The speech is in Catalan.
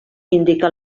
indica